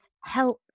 help